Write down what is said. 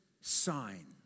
sign